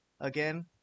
again